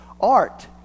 art